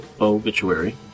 obituary